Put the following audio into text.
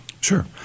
Sure